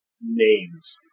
names